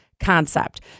concept